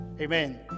Amen